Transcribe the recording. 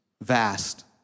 vast